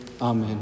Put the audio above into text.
Amen